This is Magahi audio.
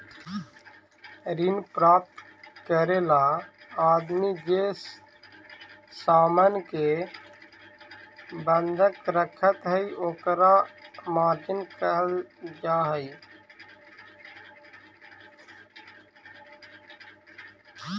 ऋण प्राप्त करे ला आदमी जे सामान के बंधक रखऽ हई ओकरा मॉर्गेज कहल जा हई